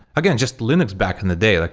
again, just linux back in the day, like